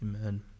Amen